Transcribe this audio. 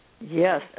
Yes